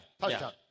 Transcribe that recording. Touchdown